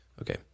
Okay